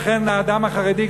לכן האדם החרדי,